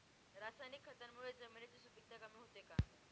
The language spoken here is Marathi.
रासायनिक खतांमुळे जमिनीची सुपिकता कमी होते का?